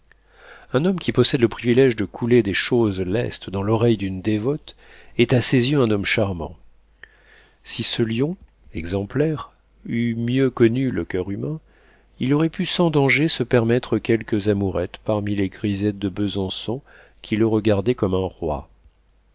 un homme qui possède le privilége de couler des choses lestes dans l'oreille d'une dévote est à ses yeux un homme charmant si ce lion exemplaire eût mieux connu le coeur humain il aurait pu sans danger se permettre quelques amourettes parmi les grisettes de besançon qui le regardaient comme un roi